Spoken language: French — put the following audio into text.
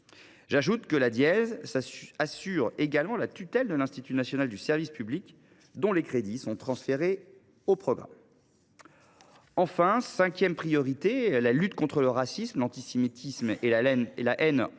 J’ajoute que cette délégation assure également la tutelle de l’Institut national du service public, dont les crédits sont transférés au programme. Enfin, la cinquième priorité est la lutte contre le racisme, l’antisémitisme et la haine anti